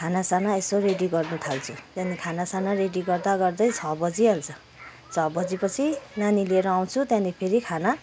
खाना साना यसो रेडी गर्नु थाल्छु त्यहाँदेखि खाना साना रेडी गर्दा गर्दै छ बजिहाल्छ छ बजेपछि नानी लिएर आउँछु त्यहाँदेखि फेरि खाना